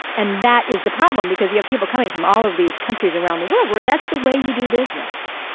and that is the problem, because you have people coming from all of these countries around the world where that's the way you do business.